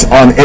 on